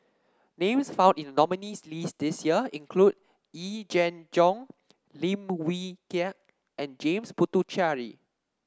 names found in the nominees' list this year include Yee Jenn Jong Lim Wee Kiak and James Puthucheary